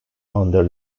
under